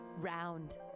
round